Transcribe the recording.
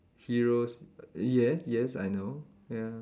heroes yes yes I know ya